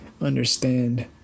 understand